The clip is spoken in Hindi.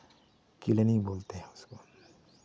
किलनी बोलते हैं उसको